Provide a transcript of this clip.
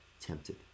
tempted